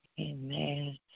Amen